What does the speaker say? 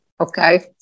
Okay